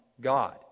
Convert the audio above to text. God